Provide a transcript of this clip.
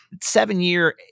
seven-year